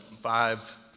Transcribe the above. five